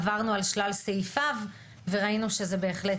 עברנו על שלל סעיפיו וראינו שזה בהחלט